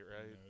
right